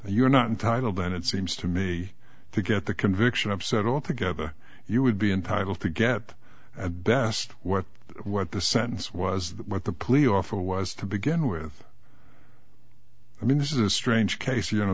if you're not entitled then it seems to me to get the conviction upset altogether you would be entitled to get at best what what the sentence was that what the police offer was to begin with i mean this is a strange case you know